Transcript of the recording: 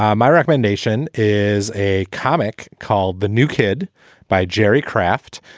ah my recommendation is a comic called the new kid by jerry kraft.